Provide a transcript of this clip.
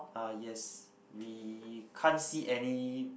uh yes we can't see any